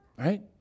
Right